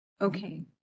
okay